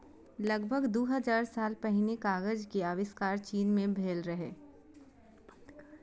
लगभग दू हजार साल पहिने कागज के आविष्कार चीन मे भेल रहै